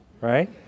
right